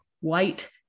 white